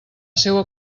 seua